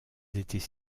étaient